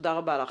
תודה רבה לך.